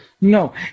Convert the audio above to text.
No